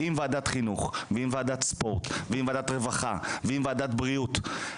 עם וועדת חינוך ועם וועדת ספורט ועם וועדת רווחה ועם וועדת בריאות,